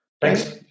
Thanks